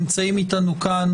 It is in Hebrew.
נמצאים אתנו כאן